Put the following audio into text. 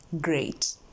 great